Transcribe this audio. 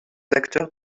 acteurs